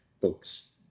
books